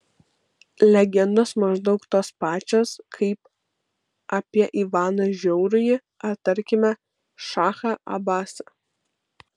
legendos maždaug tos pačios kaip apie ivaną žiaurųjį ar tarkime šachą abasą